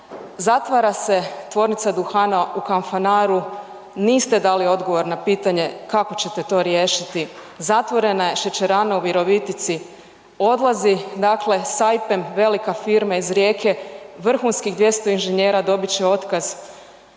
zatvara se Tvornica duhana u Kanfanaru, niste dali odgovor na pitanje kako ćete to riješiti, zatvorena je šećerana u Virovitici, odlazi dakle Saipem velika firma iz Rijeka, vrhunskih 200 inženjera dobit će otkaz,